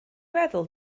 meddwl